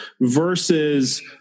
versus